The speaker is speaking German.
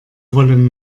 wollen